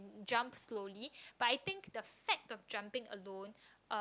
jump slowly but I think the facts of jumping alone um